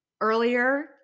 earlier